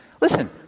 Listen